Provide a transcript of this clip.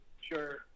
sure